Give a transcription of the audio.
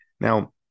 Now